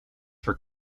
for